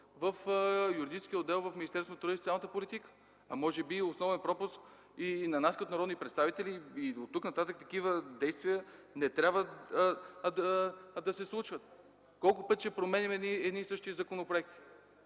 в Юридическия отдел в Министерството на труда и социалната политика, а може би и основен пропуск на нас като народни представители и оттук-нататък такива действия не трябва да се случват. Колко пъти ще променяме едни и същи законопроекти?!